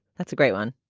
that's a great one.